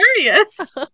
curious